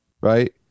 right